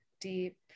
deep